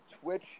Twitch